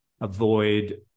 avoid